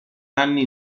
anni